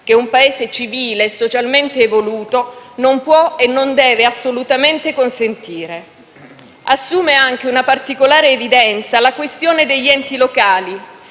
che un Paese civile socialmente evoluto non può e non deve assolutamente consentire. Assume anche una particolare evidenza la questione degli enti locali,